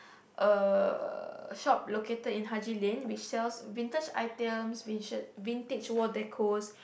a shop located in Haji-Lane which sells vintage items vintage vintage wall decos